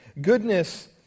Goodness